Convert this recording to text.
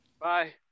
Bye